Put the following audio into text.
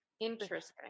interesting